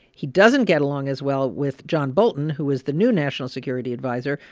he doesn't get along as well with john bolton, who is the new national security adviser.